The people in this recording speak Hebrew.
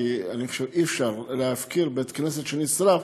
כי אני חושב שאי-אפשר להפקיר בית-כנסת שנשרף.